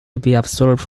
absorb